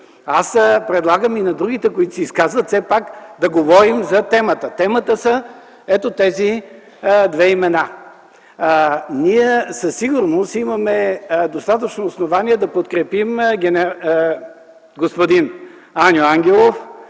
Аз предлагам и на другите, които се изказват, все пак да говорим за темата, а това са ето тези две имена. Ние със сигурност имаме достатъчно основание да подкрепим господин Аню Ангелов